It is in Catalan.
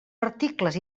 articles